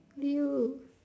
!eww!